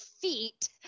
feet